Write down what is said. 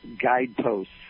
guideposts